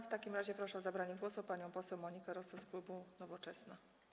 W takim razie proszę o zabranie głosu panią poseł Monikę Rosę z klubu Nowoczesna.